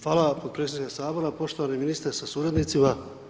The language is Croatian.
Hvala potpredsjedniče Sabora, poštovani ministre sa suradnicima.